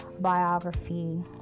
biography